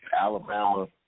Alabama